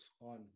on